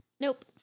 Nope